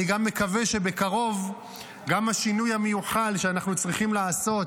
אני גם מקווה שבקרוב גם השינוי המיוחל שאנחנו צריכים לעשות,